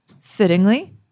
Fittingly